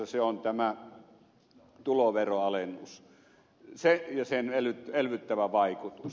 se on tämä tuloveroalennus se ja sen elvyttävä vaikutus